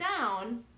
down